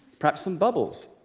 perhaps some bubbles.